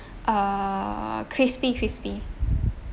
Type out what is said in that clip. uh crispy crispy